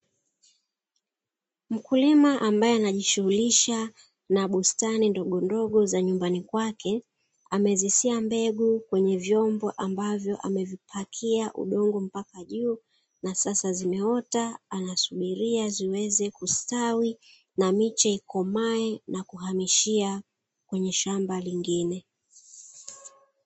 Mkulima ambae anajishughulisha na bustani ndogondogo za nyumbani kwake, amezisia mbegu kwenye vyombo ambavyo amevipakia udongo mpaka juu, na sasa zimeota anazisubiria ziweze kustawi na miche ikomae na kuhamishia kwenye shamba lingine.